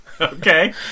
Okay